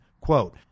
Quote